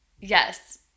Yes